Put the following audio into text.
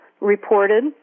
reported